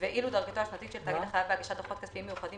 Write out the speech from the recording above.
ואילו דרגתו השנתית של תאגיד החייב בהגשת דוחות כספיים מאוחדים